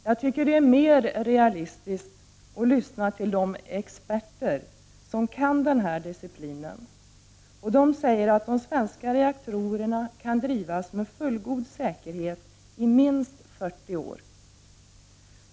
Jag tycker att det är mer realistiskt att lyssna på de experter som kan den här disciplinen. Experterna säger att de svenska reaktorerna kan drivas med fullgod säkerhet i minst 40 år.